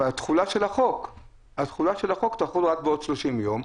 אבל התחולה של החוק תחול רק בעוד 30 יום.